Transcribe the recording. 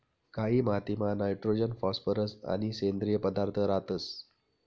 कायी मातीमा nitrogen phosphorus आणि सेंद्रिय पदार्थ रातंस